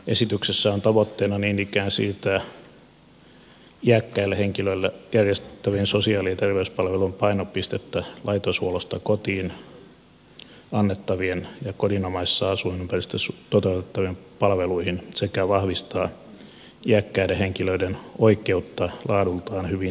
esityksessä niin ikään on tavoitteena siirtää iäkkäälle henkilölle järjestettävien sosiaali ja terveyspalvelujen painopistettä laitoshuollosta kotiin annettaviin ja kodinomaisessa asuinympäristössä toteutettaviin palveluihin sekä vahvistaa iäkkäiden henkilöiden oikeutta laadultaan hyviin sosiaali ja terveyspalveluihin